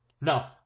No